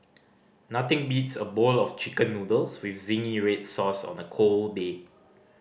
nothing beats a bowl of Chicken Noodles with zingy red sauce on a cold day